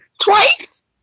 twice